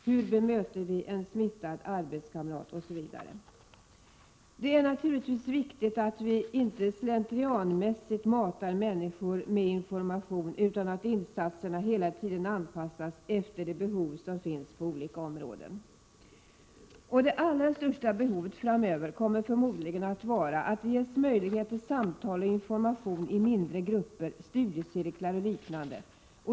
Hur bemöter vi en smittad arbetskamrat? Det är naturligtvis viktigt att vi inte slentrianmässigt matar människor med information, utan att insatserna hela tiden anpassas efter de behov som finns på olika områden. Det allra största behovet framöver kommer förmodligen att vara att det ges möjlighet till samtal och information i mindre grupper, studiecirklar och liknande.